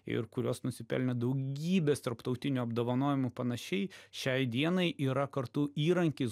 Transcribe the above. ir kurios nusipelnė daugybės tarptautinių apdovanojimų panašiai šiai dienai yra kartu įrankis